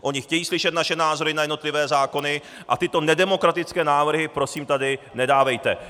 Oni chtějí slyšet naše názory na jednotlivé zákony, a tyto nedemokratické návrhy prosím tady nedávejte.